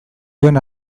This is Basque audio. duen